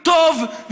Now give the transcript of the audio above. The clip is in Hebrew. טוב,